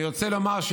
אני רוצה לומר,